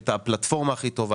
את הפלטפורמה הכי טובה,